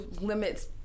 limits